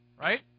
Right